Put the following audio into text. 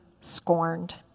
scorned